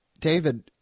David